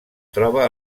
troba